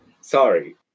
Sorry